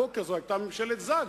הבוקר זו היתה ממשלת זג,